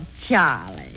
Charlie